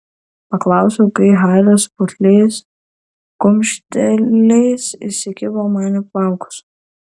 paklausiau kai haris putliais kumšteliais įsikibo man į plaukus